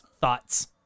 thoughts